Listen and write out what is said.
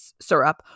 syrup